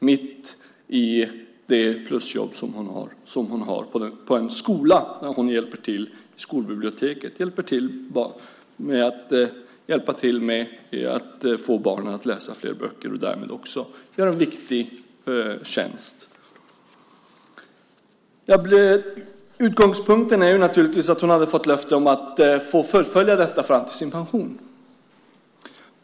Hon har ett plusjobb på en skola där hon hjälper till i skolbiblioteket. Hon hjälper till med att få barnen att läsa flera böcker. Därmed har hon en viktig tjänst. Utgångspunkten är naturligtvis att hon hade fått löfte om att få fullfölja detta jobb fram till pensionen.